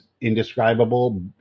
indescribable